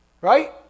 right